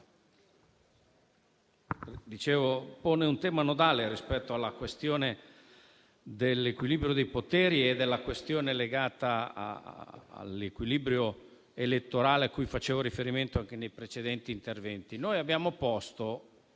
pone un tema nodale rispetto alla questione dell'equilibrio dei poteri e alla questione legata all'equilibrio elettorale a cui facevo riferimento anche nei precedenti interventi. Abbiamo posto,